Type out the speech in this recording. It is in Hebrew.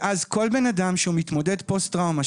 ואז כל בן אדם שהוא מתמודד פוסט טראומה,